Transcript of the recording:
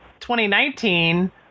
2019